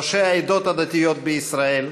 ראשי העדות הדתיות בישראל,